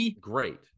great